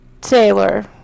Taylor